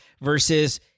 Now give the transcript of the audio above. versus